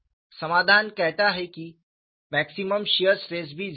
समाधान कहता है कि मैक्सिमम शियर स्ट्रेस भी 0 है